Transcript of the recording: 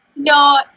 No